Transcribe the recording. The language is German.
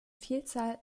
vielzahl